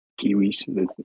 kiwis